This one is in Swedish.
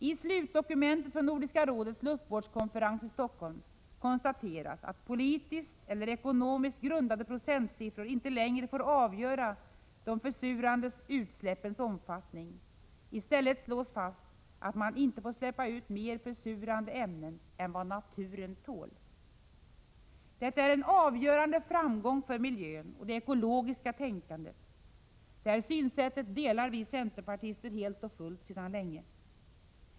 I slutdokumentet från Nordiska rådets luftvårdskonferens i Stockholm konstateras att politiskt eller ekonomiskt grundade procentsiffror inte längre får avgöra de försurande utsläppens omfattning. I stället slås fast att man inte får släppa ut mer försurande ämnen än vad naturen tål. Detta är en avgörande framgång för miljön och det ekologiska tänkandet. Det här synsättet delar vi centerpartister helt och fullt sedan länge.